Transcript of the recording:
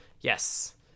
Yes